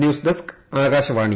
news desk Akashvani